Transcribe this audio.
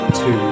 two